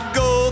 go